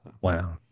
wow